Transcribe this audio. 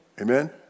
Amen